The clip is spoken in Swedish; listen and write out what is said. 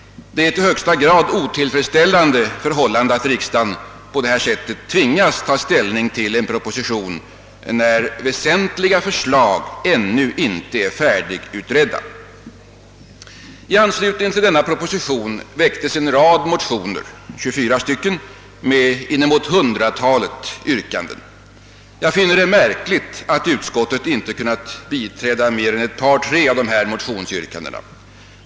Det är i högsta grad otillfredsställande att riksdagen på detta sätt tvingas ta ställning till en proposition när förslagen på väsentliga punkter ännu inte är färdigutredda. I anslutning till propositionen har väckts inte mindre än 24 motioner med inemot ett hundratal yrkanden. Jag finner det märkligt att utskottet inte har kunnat biträda mer än ett par, tre av dessa yrkanden.